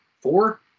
Four